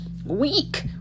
Week